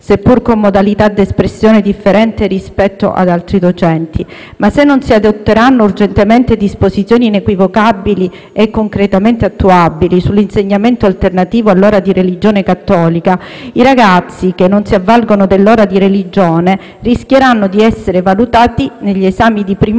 seppur con modalità di espressione differente rispetto ad altri docenti. Ma, se non si adotteranno urgentemente disposizioni inequivocabili e concretamente attuabili sull'insegnamento alternativo all'ora di religione cattolica, i ragazzi che non si avvalgono dell'ora di religione rischieranno di essere valutati negli esami di primo